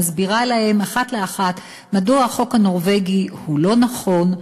ומסבירה להם אחת לאחת מדוע החוק הנורבגי הוא לא נכון,